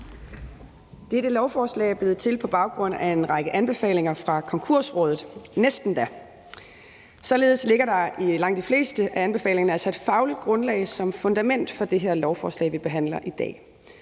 Dette lovforslag er blevet til på baggrund af en række anbefalinger fra Konkursrådet, næsten da. Således ligger der i langt de fleste af anbefalingerne altså et fagligt grundlag som fundament for det her lovforslag, vi behandler i dag.